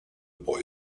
boy